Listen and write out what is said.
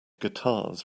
guitars